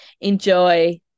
enjoy